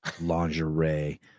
lingerie